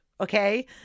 Okay